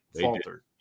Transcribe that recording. faltered